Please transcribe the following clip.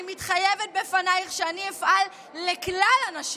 אני מתחייבת בפנייך שאני אפעל למען כלל הנשים.